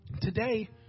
Today